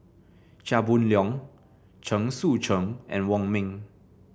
Chia Boon Leong Chen Sucheng and Wong Ming